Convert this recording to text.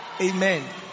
Amen